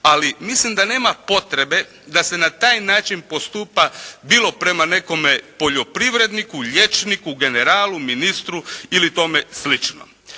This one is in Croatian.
ali mislim da nema potrebe da se na taj način postupa bilo prema nekome poljoprivredniku, liječniku, generalu, ministru ili tome slično.